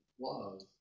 love